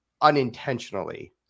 unintentionally